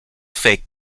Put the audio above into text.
fake